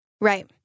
Right